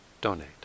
donate